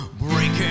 breaking